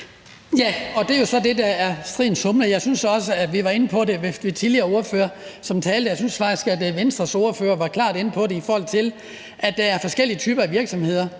(DF): Det er jo så det, der er stridens kerne. Jeg synes også, at vi var inde på det ved tidligere ordføreres taler. Jeg synes faktisk, at Venstres ordfører var klart inde på det, i forhold til at der er forskellige typer af virksomheder.